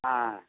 ஆ